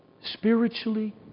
spiritually